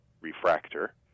refractor